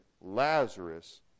Lazarus